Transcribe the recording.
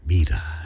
Mira